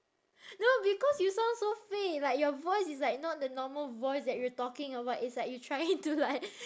no because you sound so fake like your voice is like not the normal voice that you're talking or what it's like you trying to like